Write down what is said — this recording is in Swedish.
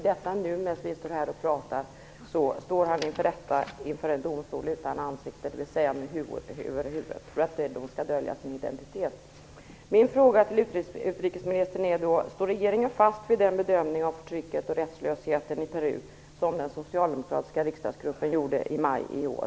I detta nu, medan vi står här och talar, står denne person inför rätta i en domstol utan ansikte, dvs. med huva över huvudet för att dölja sin identitet. Min fråga till utrikesministern är: Står regeringen fast vid den bedömning av förtrycket och rättslösheten i Peru som den socialdemokratiska riksdagsgruppen gjorde i maj i år?